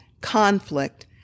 conflict